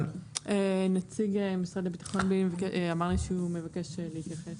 נציג משרד הביטחון אמר לי שהוא מבקש להתייחס.